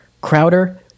crowder